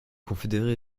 confédérés